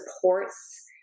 supports